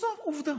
עזוב, עובדה.